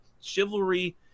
chivalry